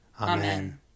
Amen